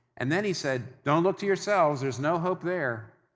and then, he said, don't look to yourselves, there's no hope there.